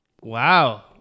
Wow